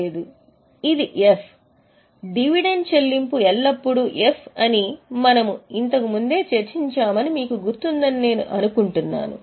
లేదు ఇది F dividend చెల్లింపు ఎల్లప్పుడూ ఎఫ్ అని మనము ఇంతకుముందే చర్చించామని మీకు గుర్తుందని నేను అనుకుంటున్నాను